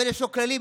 אבל יש לו כללים,